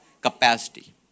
Capacity